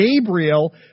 Gabriel